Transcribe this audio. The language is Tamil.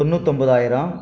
தொண்ணூற்றி ஒன்பதாயிரம்